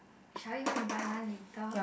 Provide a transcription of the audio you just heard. shall we go and buy one later